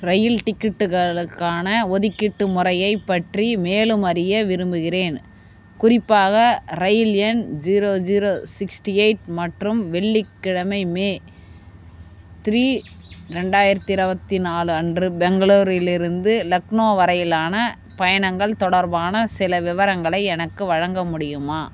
ரயில் டிக்கெட்டுகளுக்கான ஒதுக்கீட்டு முறையைப் பற்றி மேலும் அறிய விரும்புகிறேன் குறிப்பாக ரயில் எண் ஜீரோ ஜீரோ சிக்ஸ்டி எயிட் மற்றும் வெள்ளிக்கிழமை மே த்ரீ ரெண்டாயிரத்தி இருபத்தி நாலு அன்று பெங்களூரிலிருந்து லக்னோ வரையிலான பயணங்கள் தொடர்பான சில விவரங்களை எனக்கு வழங்க முடியுமா